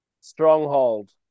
Stronghold